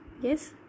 yes